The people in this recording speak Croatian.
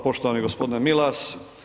Poštovani gospodine Milas.